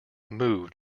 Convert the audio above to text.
moved